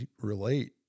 relate